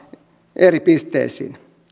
eri pisteisiin